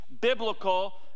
biblical